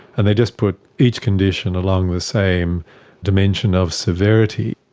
and they just put each condition along with same dimension of severity.